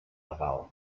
legal